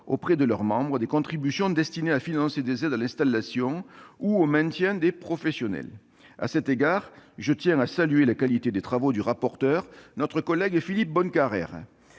auprès de leurs membres, des contributions destinées à financer des aides à l'installation ou au maintien des professionnels. À cet égard, je tiens à saluer la qualité des travaux du rapporteur, notre collègue Philippe Bonnecarrère.